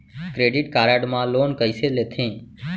Credit card मा loan कइसे लेथे?